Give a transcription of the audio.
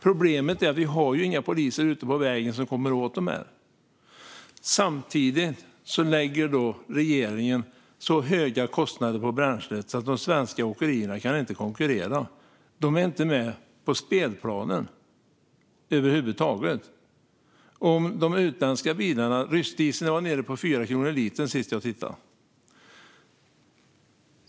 Problemet är att vi inte har några poliser ute på vägarna som kommer åt dem. Samtidigt lägger regeringen på så höga kostnader på bränslet att de svenska åkerierna inte kan konkurrera. De är inte med på spelplanen över huvud taget. Ryssdieseln var nere på 4 kronor per liter sist jag tittade.